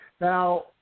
Now